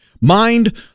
mind